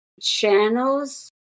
channels